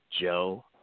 Joe